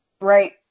Right